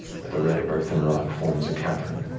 where the red earth and rock forms a cavern.